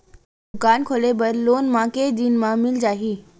दुकान खोले बर लोन मा के दिन मा मिल जाही?